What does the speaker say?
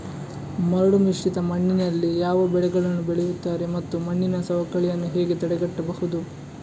ಮರಳುಮಿಶ್ರಿತ ಮಣ್ಣಿನಲ್ಲಿ ಯಾವ ಬೆಳೆಗಳನ್ನು ಬೆಳೆಯುತ್ತಾರೆ ಮತ್ತು ಮಣ್ಣಿನ ಸವಕಳಿಯನ್ನು ಹೇಗೆ ತಡೆಗಟ್ಟಬಹುದು?